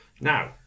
Now